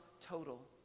total